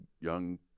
young